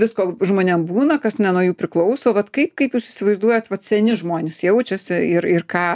visko žmonėm būna kas ne nuo jų priklauso vat kaip kaip jūs įsivaizduojat vat seni žmonės jaučiasi ir ir ką